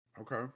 Okay